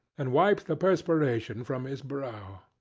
and wiped the perspiration from his brow.